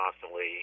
constantly